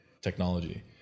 technology